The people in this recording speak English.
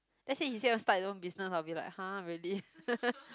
let's say he said he want start his own business I'll be like !huh! really